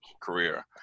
career